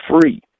free